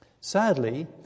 Sadly